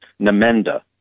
Namenda